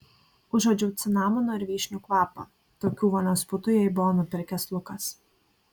užuodžiau cinamono ir vyšnių kvapą tokių vonios putų jai buvo nupirkęs lukas